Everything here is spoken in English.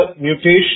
mutation